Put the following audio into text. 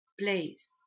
place